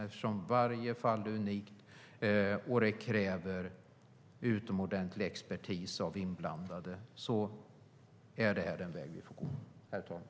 Eftersom varje fall är unikt och kräver utomordentlig expertis är det den väg vi får gå, herr talman.